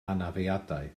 anafiadau